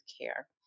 care